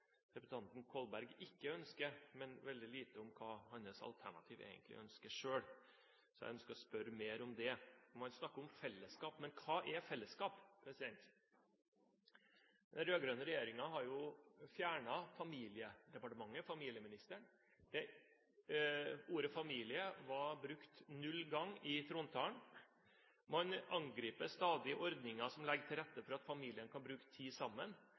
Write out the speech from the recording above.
representanten Kolberg ikke ønsker, men veldig lite om hva hans alternativ egentlig ønsker selv, så jeg ønsker å spørre mer om det. Man snakker om fellesskap, men hva er fellesskap? Den rød-grønne regjeringen har jo fjernet familiedepartementet, familieministeren. Ordet «familie» ble brukt null ganger i trontalen. Man angriper stadig ordninger som legger til rette for at familier kan bruke tid sammen,